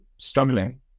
struggling